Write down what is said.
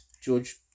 George